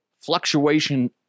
fluctuation